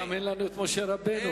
גם אין לנו משה רבנו.